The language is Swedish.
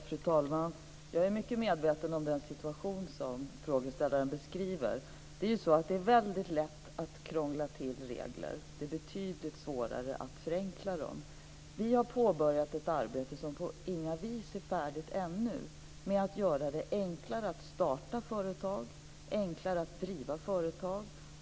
Fru talman! Jag är mycket medveten om den situation som frågeställaren beskriver. Det är mycket lätt att krångla till regler. Det är betydligt svårare att förenkla dem. Vi har påbörjat ett arbete, som på inga vis är färdigt ännu, med att göra det enklare att starta företag och enklare att driva företag.